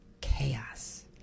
chaos